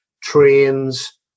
trains